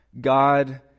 God